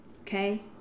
okay